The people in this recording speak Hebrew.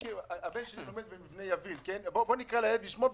הבן שלי לומד במבנה יביל, בואו נקרא לילד בשמו: